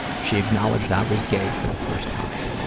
she acknowledged i was gay for the first time.